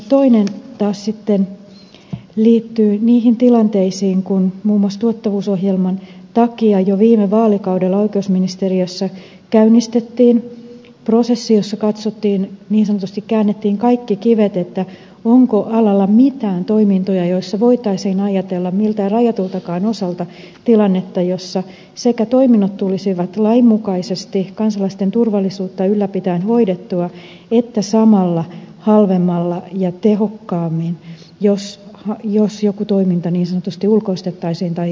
toinen taas sitten liittyy siihen kun muun muassa tuottavuusohjelman takia jo viime vaalikaudella oikeusministeriössä käynnistettiin prosessi jossa katsottiin niin sanotusti käännettiin kaikki kivet onko alalla mitään toimintoja joissa voitaisiin ajatella miltään rajatultakaan osalta tilannetta jossa toiminnot sekä tulisivat lain mukaisesti kansalaisten turvallisuutta ylläpitäen hoidettua että samalla halvemmalla ja tehokkaammin jos joku toiminta niin sanotusti ulkoistettaisiin tai yksityistettäisiin